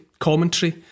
Commentary